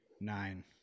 nine